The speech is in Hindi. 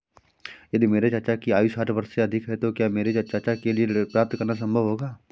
यदि मेरे चाचा की आयु साठ वर्ष से अधिक है तो क्या मेरे चाचा के लिए ऋण प्राप्त करना संभव होगा?